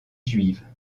juive